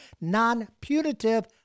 non-punitive